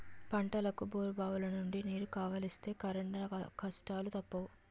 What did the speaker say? పంటలకు బోరుబావులనుండి నీరు కావలిస్తే కరెంటు కష్టాలూ తప్పవు